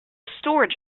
storage